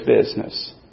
business